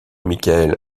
michael